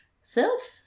Self